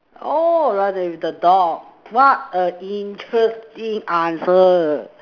orh run away with the dog what a interesting answer